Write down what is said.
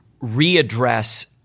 readdress